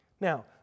Now